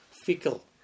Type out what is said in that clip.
fickle